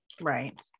Right